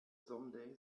someday